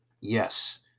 Yes